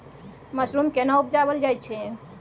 Mushroom केना उबजाबल जाय छै?